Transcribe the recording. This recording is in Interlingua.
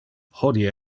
hodie